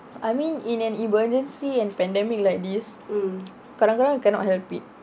I mean in an emergency and pandemic like this kadang-kadang cannot help it